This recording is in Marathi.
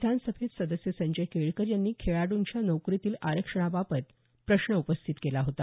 विधानसभेत सदस्य संजय केळकर यांनी खेळाडूंच्या नोकरीतील आरक्षणाबाबत प्रश्न उपस्थित केला होता